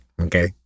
Okay